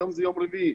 היום זה יום רביעי.